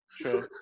True